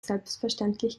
selbstverständlich